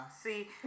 See